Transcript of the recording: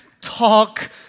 talk